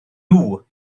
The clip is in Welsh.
nhw